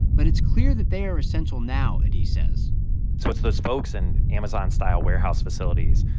but it's clear that they are essential now, adie says so it's those folks in amazon-style warehouse facilities,